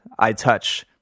iTouch